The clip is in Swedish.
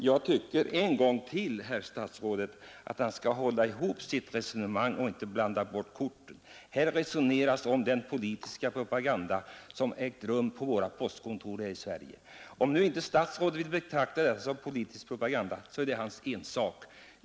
Herr talman! Jag tycker att herr statsrådet skall hålla ihop sitt resonemang och inte blanda bort korten. Här resonerar vi om den politiska propaganda som ägt rum på våra postkontor här i Sverige. Om nu herr statsrådet inte vill betrakta detta som politisk propaganda, så är det hans ensak.